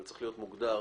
זה צריך להיות מוגדר.